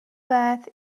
beth